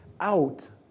out